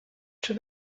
czy